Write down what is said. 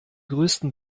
größten